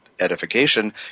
edification